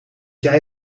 jij